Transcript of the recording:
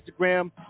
Instagram